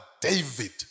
David